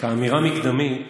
כאמירה מקדמית,